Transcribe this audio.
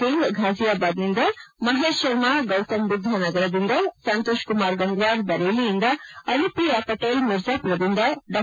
ಸಿಂಗ್ ಫಾಜಿಯಾಬಾದ್ನಿಂದ ಮಹೇಶ್ಶರ್ಮ ಗೌತಮ್ಬುದ್ಲ ನಗರದಿಂದ ಸಂತೋಷ್ಕುಮಾರ್ ಗಂಗ್ಲಾರ್ ಬರೇಲಿಯಿಂದ ಅನುಪ್ರಿಯ ವಟೇಲ್ ಮಿರ್ಜಾಮರದಿಂದ ಡಾ